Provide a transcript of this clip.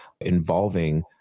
involving